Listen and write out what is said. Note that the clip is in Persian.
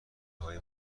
های